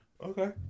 Okay